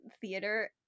theater